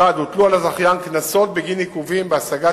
1. הוטלו על הזכיין קנסות בגין עיכובים בהשגת